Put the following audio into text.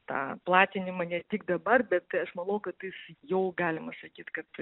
tą platinimą ne tik dabar bet aš manau kad jis jau galima sakyt kad